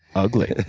ugly?